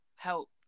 Help